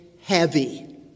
heavy